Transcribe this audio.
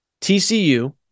TCU